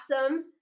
awesome